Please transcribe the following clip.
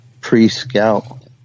pre-scout